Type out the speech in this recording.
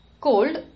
Cold